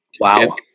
Wow